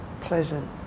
pleasant